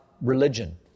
religion